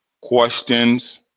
questions